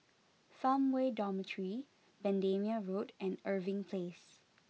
Farmway Dormitory Bendemeer Road and Irving Place